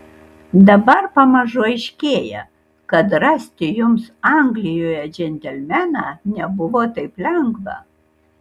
dabar pamažu aiškėja kad rasti jums anglijoje džentelmeną nebuvo taip lengva